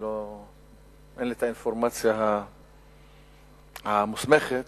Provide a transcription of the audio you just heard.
אין לי האינפורמציה המוסמכת